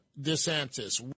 DeSantis